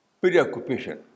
preoccupation